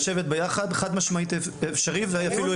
אפשרי לשבת יחד ואפילו הכרחי.